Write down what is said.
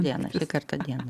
vieną kartą dieną